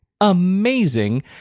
amazing